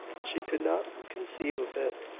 she could not conceive of it,